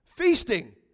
Feasting